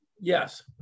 Yes